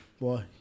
Boy